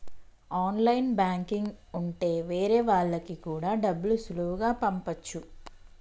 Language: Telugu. ఆన్లైన్ బ్యాంకింగ్ ఉంటె వేరే వాళ్ళకి కూడా డబ్బులు సులువుగా పంపచ్చు